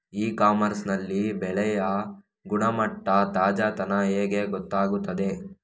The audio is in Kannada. ಇ ಕಾಮರ್ಸ್ ನಲ್ಲಿ ಬೆಳೆಯ ಗುಣಮಟ್ಟ, ತಾಜಾತನ ಹೇಗೆ ಗೊತ್ತಾಗುತ್ತದೆ?